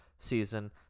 Season